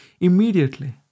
immediately